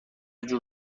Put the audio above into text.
جور